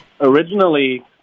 originally